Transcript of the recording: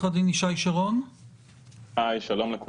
שלום לכולם.